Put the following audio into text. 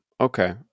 okay